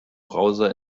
browser